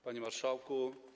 Panie Marszałku!